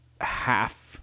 half